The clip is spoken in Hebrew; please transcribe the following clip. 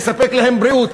לספק להם בריאות,